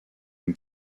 une